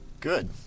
Good